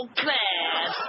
class